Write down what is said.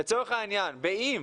לצורך העניין, באם